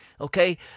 okay